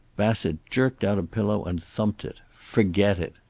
bassett jerked out a pillow and thumped it. forget it.